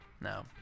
no